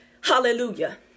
hallelujah